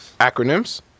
Acronyms